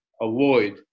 avoid